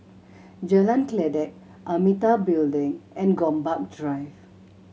Jalan Kledek Amitabha Building and Gombak Drive